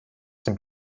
dem